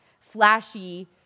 flashy